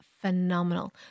phenomenal